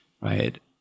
right